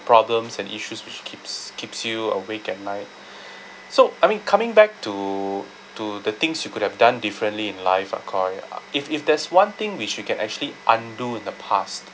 problems and issues which keeps keeps you awake at night so I mean coming back to to the things you could have done differently in life ah qhair ya if if there's one thing which you can actually undo in the past